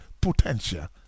potential